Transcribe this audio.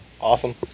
Awesome